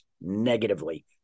negatively